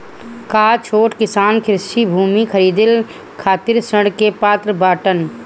का छोट किसान कृषि भूमि खरीदे खातिर ऋण के पात्र बाडन?